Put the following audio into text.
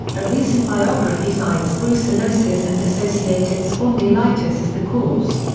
a recent biography cites brucellosis and associated spondylitis as the cause.